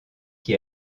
qui